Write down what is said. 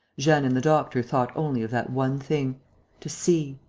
jeanne and the doctor thought only of that one thing to see,